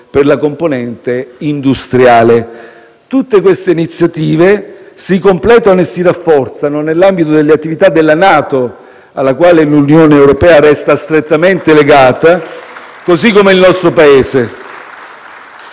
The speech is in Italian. per la componente industriale. Tutte queste iniziative si completano e si rafforzano nell'ambito delle attività della NATO, alle quali l'Unione europea resta strettamente legata, così come il nostro Paese.